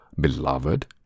beloved